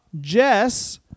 Jess